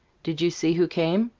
did you see who came?